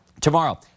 tomorrow